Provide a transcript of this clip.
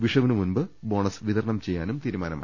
വിഷുവിന് മുമ്പ് ബോണസ് വിതരണം ചെയ്യാനും തീരു മാനമായി